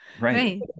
right